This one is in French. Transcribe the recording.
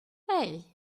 hey